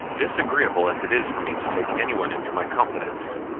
disagreeable as it is for me to take anyone into my confidence,